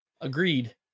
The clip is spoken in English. Agreed